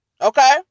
Okay